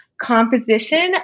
composition